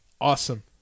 Awesome